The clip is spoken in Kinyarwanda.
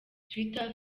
twitter